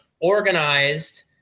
organized